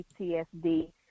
PTSD